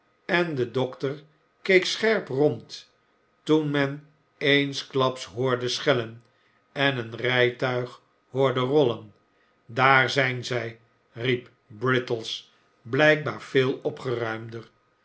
en de dokter keek scherp rond toen men eensklaps hoorde schellen en een rijtuig hoorderollen daar zijn zij riep brittles blijkbaar veel opgeruimder